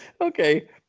Okay